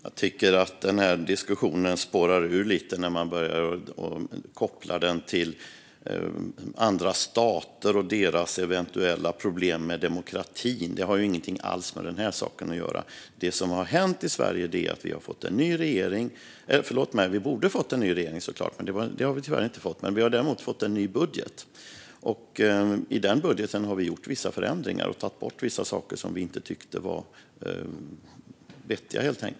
Herr talman! Jag tycker att den här diskussionen spårar ur lite när den börjar att kopplas till andra stater och deras eventuella problem med demokratin - det har ju ingenting alls med den här saken att göra. Det som har hänt i Sverige är att landet har fått en ny regering. Förlåt mig - Sverige borde ha fått en ny regering, såklart, men det har tyvärr inte skett. Sverige har däremot fått en ny budget. I den budgeten har vi gjort vissa förändringar och tagit bort vissa saker som vi inte tyckte var vettiga.